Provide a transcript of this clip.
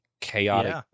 chaotic